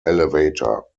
elevator